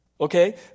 Okay